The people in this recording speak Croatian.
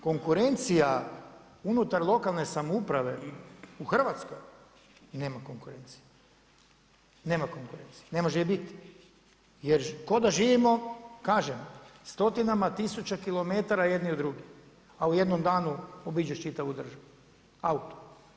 Konkurencija unutar lokalne samouprave u Hrvatskoj nema konkurencije, ne može je biti jer kao da živimo kažem stotinama tisuća kilometara jedni od drugih, a u jednom danu obiđeš čitavu državu autom.